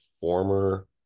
former